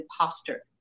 imposter